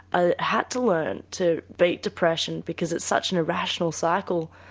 ah had to learn to beat depression because it's such an irrational cycle.